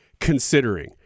Considering